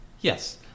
Yes